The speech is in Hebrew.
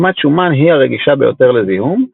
רקמת שומן היא הרגישה ביותר לזיהום,